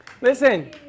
Listen